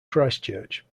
christchurch